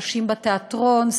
נשים בתיאטרון,